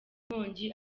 nkongi